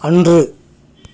அன்று